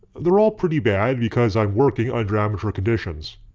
they're all pretty bad because i'm working under amatuer conditions.